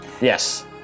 Yes